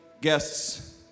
guests